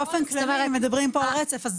באופן כללי אם מדברים פה על רצף,